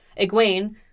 Egwene